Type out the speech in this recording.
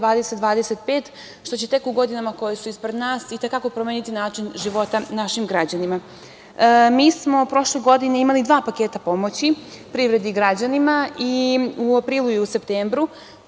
2020/25, što će tek u godinama koje su ispred nas i te kako promeniti način života našim građanima. Mi smo prošle godine imali dva paketa pomoći privredi i građanima, u aprilu i u septembru.